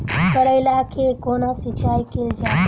करैला केँ कोना सिचाई कैल जाइ?